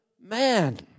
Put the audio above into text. man